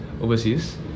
overseas